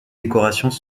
décorations